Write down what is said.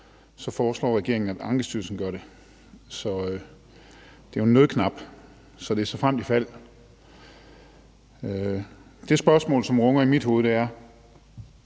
foreslår regeringen, at Ankestyrelsen gør det. Så det er jo en nødknap og en såfremt ifald-løsning. Det spørgsmål, som runger i mit hoved, er: